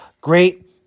great